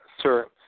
sir